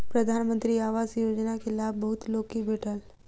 प्रधानमंत्री आवास योजना के लाभ बहुत लोक के भेटल